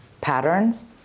patterns